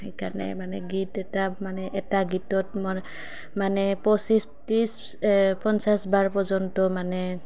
সেইকাৰণে মানে গীত এটা মানে এটা গীতত মোৰ মানে পঁচিছ ত্ৰিছ পঞ্চাছ বাৰ পৰ্যন্ত মানে